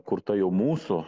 kurta jau mūsų